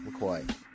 McCoy